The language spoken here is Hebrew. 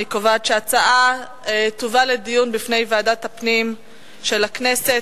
אני קובעת שההצעה תובא לדיון בוועדת הפנים של הכנסת.